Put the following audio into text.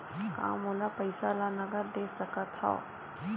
का मोला पईसा ला नगद दे सकत हव?